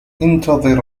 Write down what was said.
انتظر